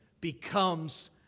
becomes